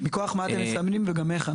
מכוח מה אתם מסמנים ואיך?